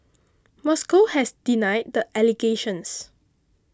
Moscow has denied the allegations